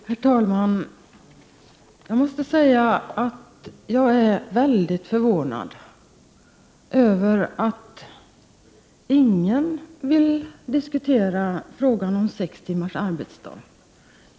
Herr talman! Jag är mycket förvånad över att ingen vill diskutera frågan om sex timmars arbetsdag.